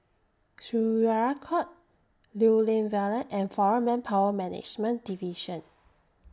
Syariah Court Lew Lian Vale and Foreign Manpower Management Division